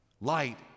Light